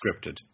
scripted